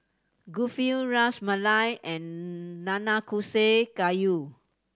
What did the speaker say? Kulfi Ras Malai and Nanakusa Gayu